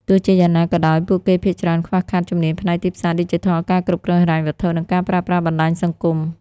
ទោះជាយ៉ាងណាក៏ដោយ ពួកគេភាគច្រើនខ្វះខាតជំនាញផ្នែកទីផ្សារឌីជីថល ការគ្រប់គ្រងហិរញ្ញវត្ថុ និងការប្រើប្រាស់បណ្តាញសង្គម។